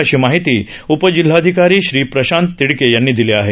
अशी माहिती उपजिल्हाधिकारी श्री प्रशांत तिडके यांनी दिली आहे